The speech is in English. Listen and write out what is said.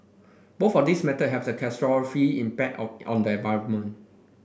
both of these methods have a catastrophic impact on on the environment